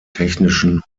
technischen